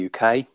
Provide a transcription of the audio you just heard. UK